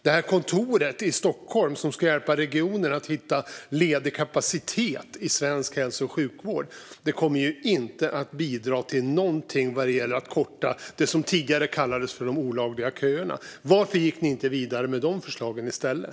Det här kontoret i Stockholm som ska hjälpa regionerna att hitta ledig kapacitet i svensk hälso och sjukvård kommer inte att bidra över huvud taget när det gäller att korta det som tidigare kallade för de olagliga köerna. Varför gick ni inte vidare med de andra förslagen i stället?